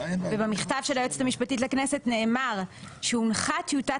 ובמכתב של היועצת המשפטית לכנסת נאמר שהונחה טיוטת